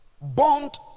Bond